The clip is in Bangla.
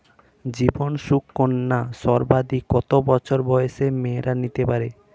জীবন সুকন্যা সর্বাধিক কত বছর বয়সের মেয়েরা নিতে পারে?